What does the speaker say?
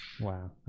Wow